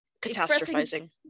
Catastrophizing